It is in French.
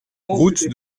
route